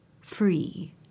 free